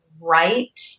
right